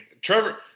Trevor